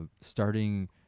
starting